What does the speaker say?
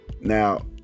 Now